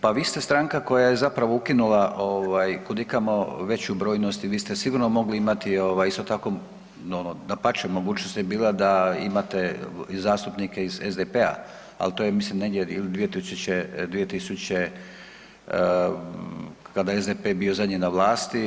Pa vi ste stranka koja je zapravo ukinula kud i kamo veću brojnost i vi ste sigurno mogli imati isto tako, dapače mogućnost je bila da imate i zastupnike iz SDP-a ali to je mislim negdje ili 2000.-te kada je SDP bio zadnji na vlasti.